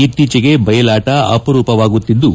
ಇತ್ತೀಚೆಗೆ ಬಯಲಾಟ ಅಪರೂಪವಾಗುತ್ತಿದ್ದು